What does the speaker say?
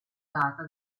data